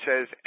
says